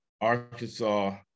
Arkansas